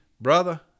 Brother